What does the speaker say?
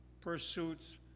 pursuits